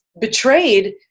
betrayed